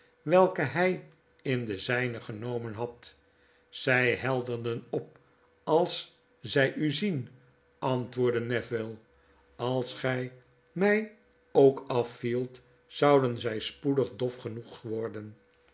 welke hy in de zyne genomen had zy helderen op als zy u zien antwoordde neville als gy my ook afvielt zouden zy spoedig dof genoeg worden